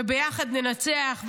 וביחד ננצח,